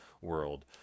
world